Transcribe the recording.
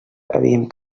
havíem